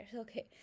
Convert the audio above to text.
okay